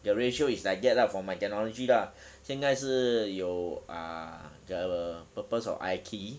the ratio is like that lah for my technology lah 现在是有 ah the purpose of I_T